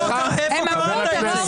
איפה קראת את זה?